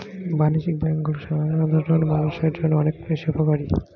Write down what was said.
বাণিজ্যিক ব্যাংকগুলো সাধারণ মানুষের জন্য অনেক বেশি উপকারী